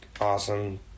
awesome